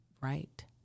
Right